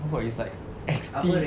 I forgot it's like X_T